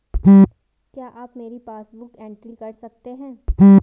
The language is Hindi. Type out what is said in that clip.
क्या आप मेरी पासबुक बुक एंट्री कर सकते हैं?